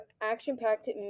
action-packed